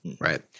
right